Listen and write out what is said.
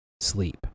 sleep